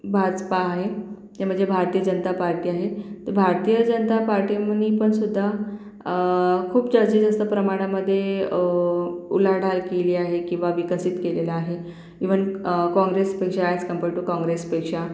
भाजपा आहे ते म्हणजे भारतीय जनता पार्टी आहे तर भारतीय जनता पार्टीमुनीपणसुद्धा खूप जास्तीत जास्त प्रमाणामध्ये उलाढाल केली आहे किंवा विकसित केलेलं आहे इव्हण कॉँग्रेसपेक्षा अॅज कंपेयर टू कॉँग्रेसपेक्षा